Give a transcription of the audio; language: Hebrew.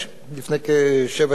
לפני כשבע שנים,